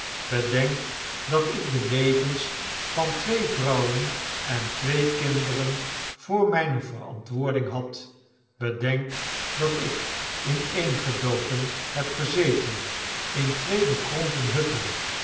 bedenk dat ik de levens van twee vrouwen en twee kinderen voor myne verantwoording had bedenk dat ik ineengedoken heb gezeten in twee bekrompen hutten